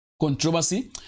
controversy